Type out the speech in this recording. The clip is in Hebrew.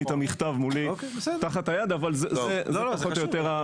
אין לי את המכתב מולי תחת היד אבל זו פחות או יותר הנקודה.